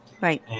Right